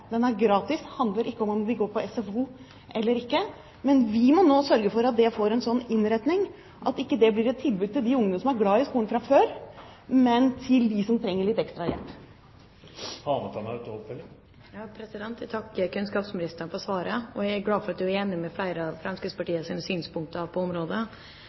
SFO eller ikke. Men vi må nå sørge for at dette får en slik innretning at det ikke blir et tilbud til de ungene som er glad i skolen fra før, men til dem som trenger litt ekstra hjelp. Jeg takker kunnskapsministeren for svaret og er glad for at hun er enig i flere av Fremskrittspartiets synspunkter på området.